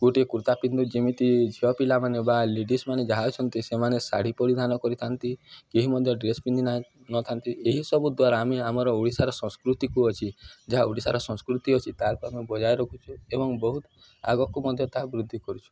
ଗୋଟିଏ କୁର୍ତା ପିନ୍ଧୁ ଯେମିତି ଝିଅ ପିଲାମାନେ ବା ଲେଡ଼ିଜମାନେ ଯାହା ଅଛନ୍ତି ସେମାନେ ଶାଢ଼ୀ ପରିଧାନ କରିଥାନ୍ତି କେହି ମଧ୍ୟ ଡ୍ରେସ୍ ପିନ୍ଧିନା ନଥାନ୍ତି ଏହିସବୁ ଦ୍ୱାରା ଆମେ ଆମର ଓଡ଼ିଶାର ସଂସ୍କୃତିକୁ ଅଛି ଯାହା ଓଡ଼ିଶାର ସଂସ୍କୃତି ଅଛି ତାହାକୁ ଆମେ ବଜାୟ ରଖୁଛୁ ଏବଂ ବହୁତ ଆଗକୁ ମଧ୍ୟ ତାହାକୁ ବୃଦ୍ଧି କରୁଛୁ